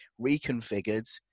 reconfigured